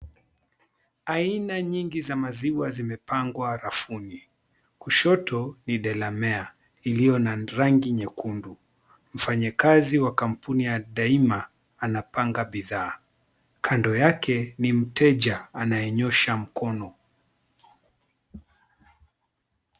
Aina nyingi za maziwa zimepangwa rafuni, kushoto ni Delamere iliyo na rangi nyekundu, mfanyakazi wa kampuni ya Daima anapanga bidhaa. Kando yake ni mteja anayenyoosha mkono.